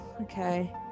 okay